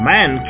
Man